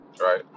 right